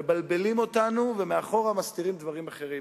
מבלבלים אותנו ומאחור מסתירים דברים אחרים.